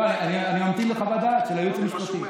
לא, אני ממתין לחוות דעת של הייעוץ המשפטי.